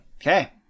Okay